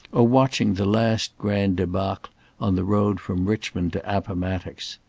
or watching the last grand debacle on the road from richmond to appomattox.